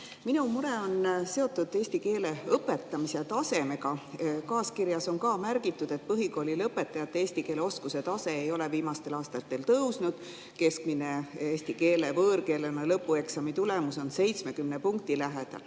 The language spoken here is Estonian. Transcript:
Minu mure on seotud eesti keele õpetamise tasemega. Kaaskirjas on ka märgitud, et põhikooli lõpetajate eesti keele oskuse tase ei ole viimastel aastatel tõusnud, keskmine eesti keele võõrkeelena lõpueksami tulemus on 70 punkti lähedal.